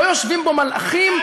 לא יושבים בו מלאכים,